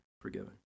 forgiven